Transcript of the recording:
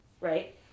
Right